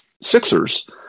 Sixers